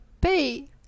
pay